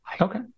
Okay